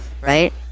right